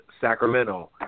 Sacramento